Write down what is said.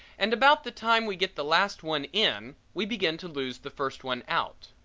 and about the time we get the last one in we begin to lose the first one out.